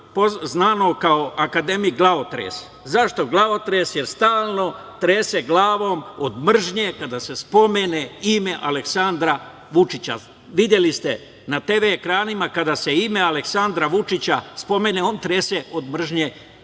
znanog kao akademik "glavotres". Zašto glavotres - jer stalno trese glavom od mržnje kada se spomene ime Aleksandra Vučića. Videli ste na TV ekranima, kada se ime Aleksandra Vučića spomene, on od mržnje